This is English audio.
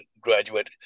graduate